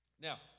Now